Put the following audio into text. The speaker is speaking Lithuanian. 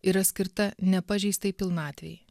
yra skirta nepažeistai pilnatvei